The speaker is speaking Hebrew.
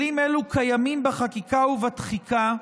כלים אלו קיימים בחקיקה ובתחיקה,